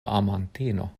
amantino